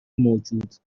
موجود